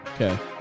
Okay